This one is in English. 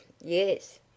yes